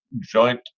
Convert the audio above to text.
joint